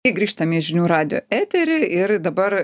i grįžtam į žinių radijo eterį ir dabar